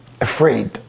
afraid